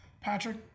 Patrick